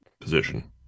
position